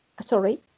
sorry